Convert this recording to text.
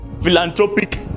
Philanthropic